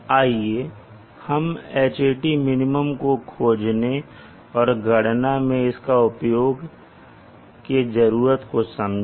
आइए हम Hatmin को खोजने और गणना में इसके उपयोग के जरूरत को समझें